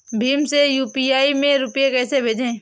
भीम से यू.पी.आई में रूपए कैसे भेजें?